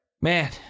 man